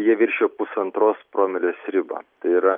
jie viršijo pusantros promilės ribą tai yra